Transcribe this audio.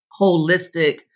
holistic